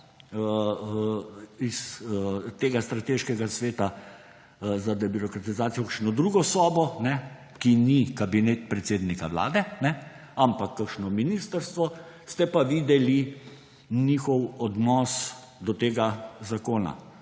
vrata Strateškega sveta za debirokratizacijo v kakšno drugo sobo, ki ni Kabinet predsednika Vlade, ampak kakšno ministrstvo, ste pa videli njihov odnos do tega zakona